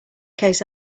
case